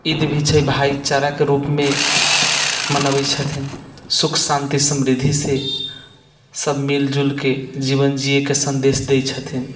ईद भी छै भाइचाराके रूपमे मनबैत छथिन सुख शान्ति समृद्धिसँ सभ मिल जुलके जीवन जियैके सन्देश दैत छथिन